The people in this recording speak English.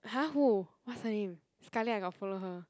!huh! who what's her name Scarlett I got follow her